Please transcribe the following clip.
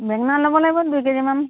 বেঙেনা ল'ব লাগিব দুই কেজিমান